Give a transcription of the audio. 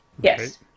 Yes